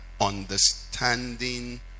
understanding